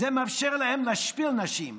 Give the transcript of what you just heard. זה מאפשר להם להשפיל נשים,